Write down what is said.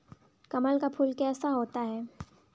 कमल का फूल कैसा होता है?